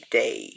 day